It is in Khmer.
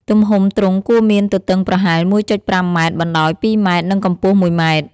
ទំហំទ្រុងគួរមានទទឹងប្រហែល ១.៥ ម៉ែត្រ បណ្ដោយ ២ ម៉ែត្រ និងកម្ពស់ ១ ម៉ែត្រ។